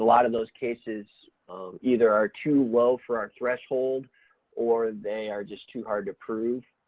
lot of those cases, um, either are too low for our threshold or they are just too hard to prove.